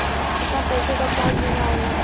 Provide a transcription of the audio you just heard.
कितना पैसे का स्वास्थ्य बीमा होला?